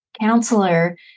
Counselor